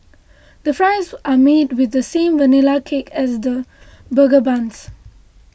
the fries are made with the same Vanilla Cake as the burger buns